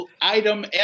item